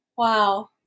Wow